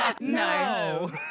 No